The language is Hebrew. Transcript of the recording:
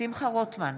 שמחה רוטמן,